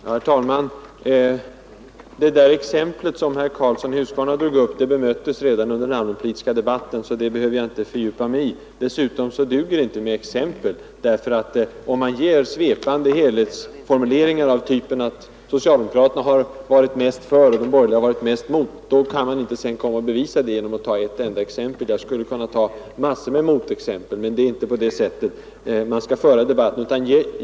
Herr talman! Det exempel som herr Karlsson i Huskvarna anförde bemöttes redan under den allmänpolitiska debatten, så det behöver jag inte fördjupa mig i. Dessutom duger det inte med exempel. Om man ger svepande helhetsformuleringar av typen att socialdemokraterna har varit mest för och de borgerliga mest mot, kan man inte bevisa det bara med att ta ett enda exempel. Jag skulle kunna ta massor med motexempel, men det är inte på det sättet debatten skall föras.